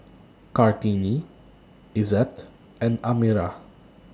Kartini Izzat and Amirah